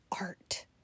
art